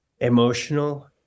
emotional